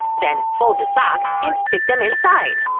then fold the sock and stick them inside.